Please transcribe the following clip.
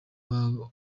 bubahiriza